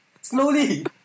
slowly